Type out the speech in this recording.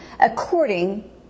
according